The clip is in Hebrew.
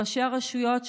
ראשי הרשויות,